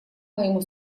моему